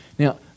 Now